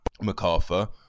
MacArthur